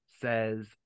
says